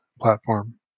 platform